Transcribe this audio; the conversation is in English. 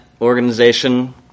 organization